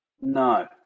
No